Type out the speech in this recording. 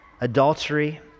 adultery